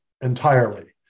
entirely